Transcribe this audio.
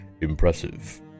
Impressive